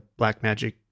Blackmagic